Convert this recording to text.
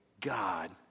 God